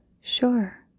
Sure